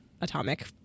atomic